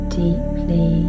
deeply